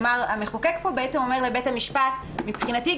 המחוקק אומר פה לבית המשפט: מבחינתי,